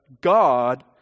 God